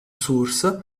source